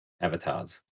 avatars